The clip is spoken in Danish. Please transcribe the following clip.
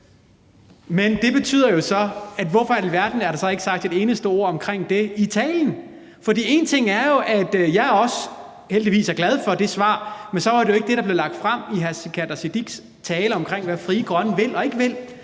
(V): Det betyder jo så, at jeg må spørge: Hvorfor blev der så ikke sagt et eneste ord om det i talen? Én ting er jo, at jeg heldigvis er glad for det svar, men det var bare ikke det, der blev lagt frem i hr. Sikandar Siddiques tale om, hvad Frie Grønne vil og ikke vil.